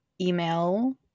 email